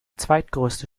zweitgrößte